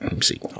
See